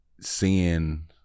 seeing